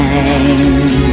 Time